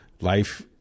life